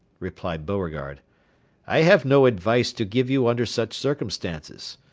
replied beauregard i have no advice to give you under such circumstances.